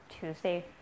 Tuesday